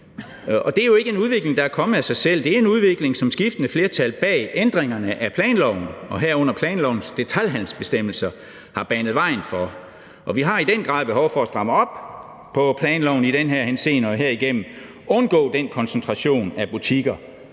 Det er jo ikke en udvikling, der er kommet af sig selv, det er en udvikling, som skiftende flertal bag ændringerne af planloven, herunder planlovens detailhandelsbestemmelser, har banet vejen for, og vi har i den grad behov for at stramme op på planloven i den her henseende og herigennem undgå den koncentration af butikker